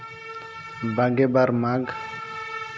ᱵᱟᱨᱜᱮ ᱵᱟᱨ ᱢᱟᱜᱽ